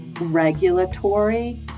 regulatory